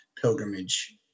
pilgrimage